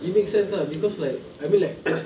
it makes sense ah cause like I mean like